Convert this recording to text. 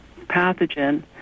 pathogen